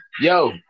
yo